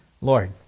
Lord